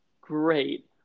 great